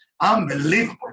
Unbelievable